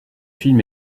film